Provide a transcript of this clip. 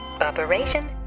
Operation